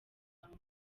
obama